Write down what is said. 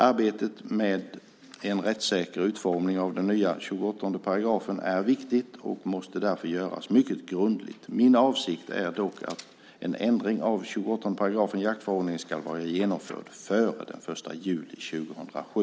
Arbetet med en rättssäker utformning av den nya 28 § är viktigt och måste därför göras mycket grundligt. Min avsikt är dock att en ändring av 28 § jaktförordningen ska vara genomförd före den 1 juli 2007.